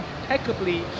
impeccably